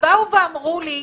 אמרו לי: